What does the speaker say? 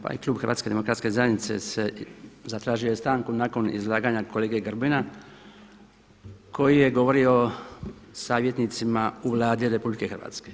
Pa i klub Hrvatske demokratske zajednice se, zatražio je stanku nakon izlaganja kolege Grbina koji je govorio o savjetnicima u Vladi RH.